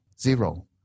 zero